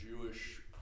Jewish